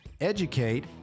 educate